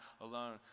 alone